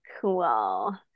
cool